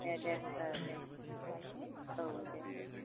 दे दे औ दे औ दे दे